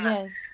Yes